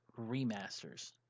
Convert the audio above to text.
remasters